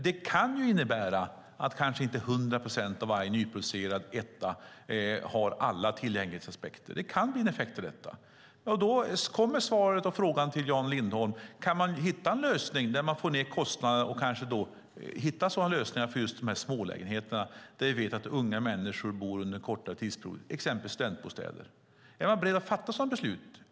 Det kan innebära att inte hundra procent av varje nyproducerad etta uppfyller alla tillgänglighetsaspekter. Det kan bli effekten av detta. Om vi kan hitta en lösning där vi får ned kostnaden för just smålägenheterna, där vi vet att unga människor bor under en kortare tidsperiod, exempelvis studentbostäder, är Jan Lindholm, om han får frågan, beredd att fatta ett sådant beslut?